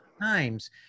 times